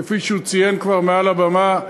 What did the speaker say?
כפי שהוא ציין כבר מעל הבמה.